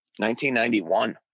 1991